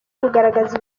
kugaragaza